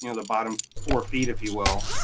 you know the bottom four feet, if you will,